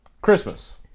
Christmas